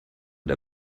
der